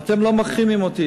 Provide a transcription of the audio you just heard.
ואתם לא מחרימים אותי.